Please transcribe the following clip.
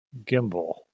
Gimbal